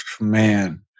Man